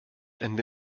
ende